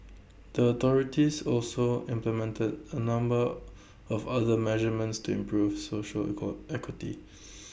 the authorities also implemented A number of other measurements to improve social equal equity